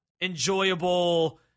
enjoyable